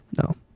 No